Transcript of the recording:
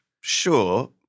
Sure